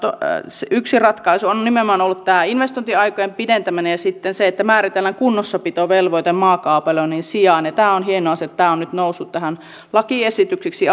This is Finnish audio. yksi ratkaisu on nimenomaan ollut investointiaikojen pidentäminen ja sitten se että määritellään kunnossapitovelvoite maakaapeloinnin sijaan on hieno asia että tämä on nyt noussut lakiesitykseksi